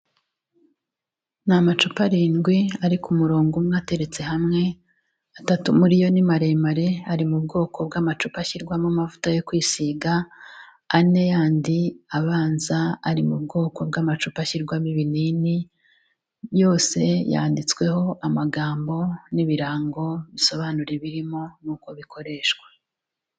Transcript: Ni amacupa arindwi ari ku murongo umwe ateretse hamwe, atatu muri yo ni maremare, ari mu bwoko bw'amacupa ashyirwamo amavuta yo kwisiga, ane yandi abanza ari mu bwoko bw'amacupa ashyirwamo ibinini, yose yanditsweho amagambo n'ibirango bisobanura ibirimo n'uko bikoreshwa.